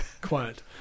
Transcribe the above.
quiet